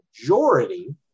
majority